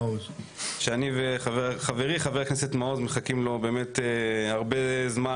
שאני וחברי חבר הכנסת מעוז מחכים לו באמת הרבה זמן,